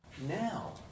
Now